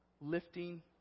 lifting